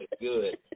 good